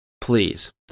Please